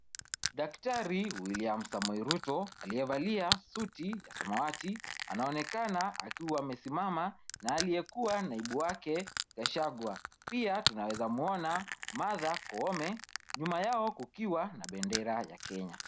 Daktari William Samoei Ruto aliyevalia suti ya samawati anaonekana akiwa amesimama na aliyekua naibu wake Gachagua. Pia tunaweza muona Martha Koome, nyuma yao kukiwa na bendera ya Kenya.